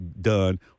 done